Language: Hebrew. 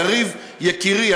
יריב יקירי,